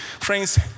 Friends